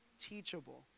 teachable